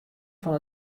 fan